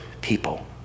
people